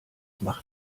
macht